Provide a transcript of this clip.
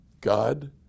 God